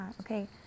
okay